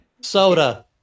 Soda